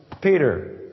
Peter